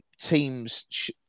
Teams